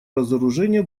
разоружение